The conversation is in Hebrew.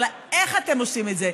אלא איך אתם עושים את זה,